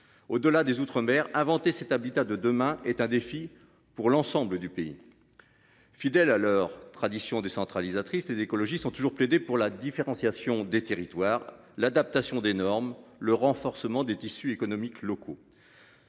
Au-delà des Outre-mer inventé cet habitat de demain est un défi pour l'ensemble du pays. Fidèles à leur tradition décentralisatrice, les écologistes ont toujours plaidé pour la différenciation des territoires, l'adaptation des normes, le renforcement des tissus économiques locaux.--